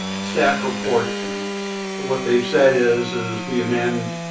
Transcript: staff report what they've said is is we amend